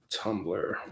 Tumblr